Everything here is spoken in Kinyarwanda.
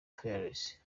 fearless